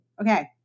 Okay